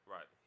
Right